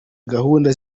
gahunda